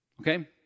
Okay